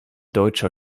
deutscher